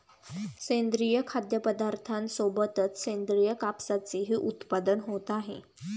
सेंद्रिय खाद्यपदार्थांसोबतच सेंद्रिय कापसाचेही उत्पादन होत आहे